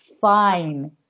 fine